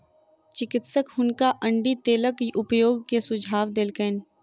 चिकित्सक हुनका अण्डी तेलक उपयोग के सुझाव देलकैन